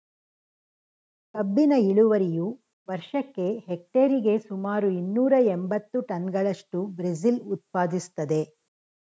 ಕಬ್ಬಿನ ಇಳುವರಿಯು ವರ್ಷಕ್ಕೆ ಹೆಕ್ಟೇರಿಗೆ ಸುಮಾರು ಇನ್ನೂರ ಎಂಬತ್ತು ಟನ್ಗಳಷ್ಟು ಬ್ರೆಜಿಲ್ ಉತ್ಪಾದಿಸ್ತದೆ